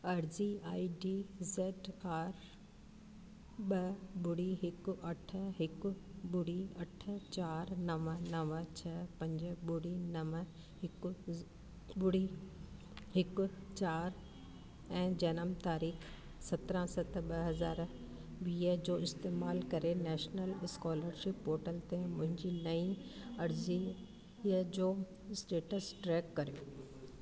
अर्ज़ी I D Z R ॿ ॿुड़ी हिकु अठ हिकु ॿुड़ी अठ चारि नव नव छह पंज ॿुड़ी नव हिकु ॿुड़ी हिकु चारि ऐं जनम तारीख़ सत्रहं सत ॿ हज़ार वीह जो इस्तमालु करे नैशनल स्कॉलरशिप पोर्तल ते मुंहिंजी नई अर्ज़ीअ जो स्टेटस ट्रैक करियो